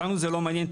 אותנו זה לא מעניין,